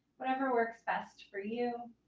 whatever works best for you.